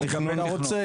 אם אתה רוצה,